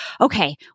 okay